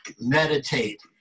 Meditate